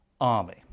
army